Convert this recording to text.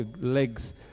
legs